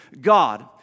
God